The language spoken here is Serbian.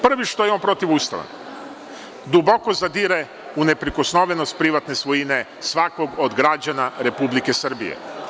Prvi je što je on protivustavan, duboko zadire u neprikosnovenost privatne svojine svakog od građana Republike Srbije.